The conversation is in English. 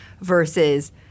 versus